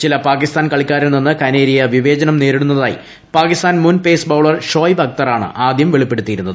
ചില പാകിസ്ഥാൻ കളിക്കാരിൽ നിന്ന് കനേരിയ വിവേചനം നേരിടുന്നതായി പാകിസ്ഥാൻ മുൻ പേസ് ബൌളർ ഷോയബ് ആദ്യം വെളിപ്പെടുത്തിയിരുന്നത്